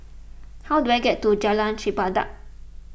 how do I get to Jalan Chempedak